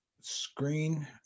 screen